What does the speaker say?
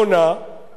הקצרה,